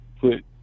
put